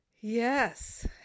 Yes